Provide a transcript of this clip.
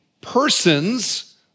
persons